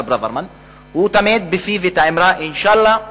שתמיד בפיו האמרה "אינשאללה,